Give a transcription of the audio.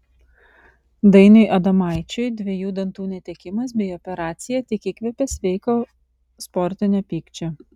dainiui adomaičiui dviejų dantų netekimas bei operacija tik įkvėpė sveiko sportinio pykčio